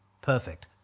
perfect